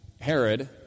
Herod